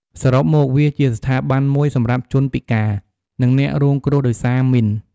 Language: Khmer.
សរុបមក វាជាស្ថាប័នមួយសម្រាប់ជនពិការ និងអ្នករងគ្រោះដោយសារមីន។